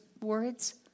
words